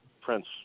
Prince